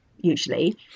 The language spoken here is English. usually